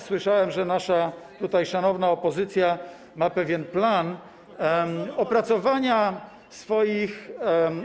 Słyszałem, że nasza tutaj szanowna opozycja ma pewien plan opracowania swoich idei.